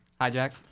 hijack